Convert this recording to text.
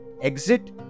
exit